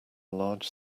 large